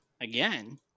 Again